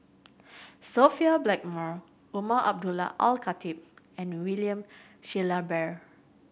Sophia Blackmore Umar Abdullah Al Khatib and William Shellabear